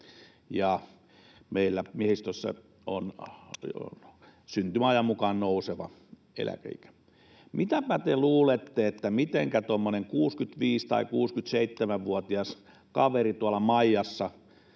meillä miehistössä on syntymäajan mukaan nouseva eläkeikä. Mitäpä te luulette, että mitenkä tuommoinen 65- tai 67-vuotias kaveri tuolla maijassa